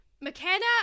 McKenna